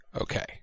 okay